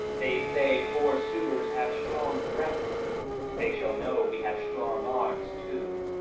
they say poor suitors have strong breaths they shall know we have strong arms too.